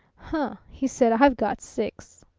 huh! he said. i've got six.